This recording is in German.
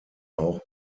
auch